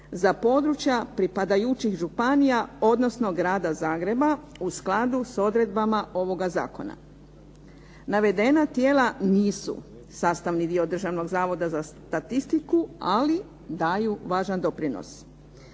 za područja pripadajućih županija odnosno Grada Zagreba u skladu sa odredbama ovoga zakona. Navedena tijela nisu sastavni dio Državnog zavoda za statistiku, ali daju važan doprinos.